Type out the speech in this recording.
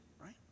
right